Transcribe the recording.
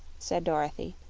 said dorothy,